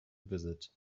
visit